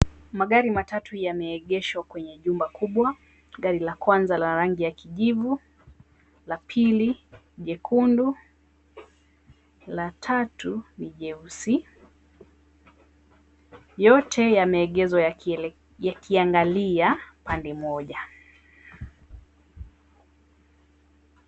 Magari matatu yameegeshwa kwenye jumba kubwa, gari la kwanza la rangi ya kijivu, la pili jekundu, la tatu ni jeusi. Yote yameegeshwa yakiangalia pande moja.